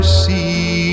see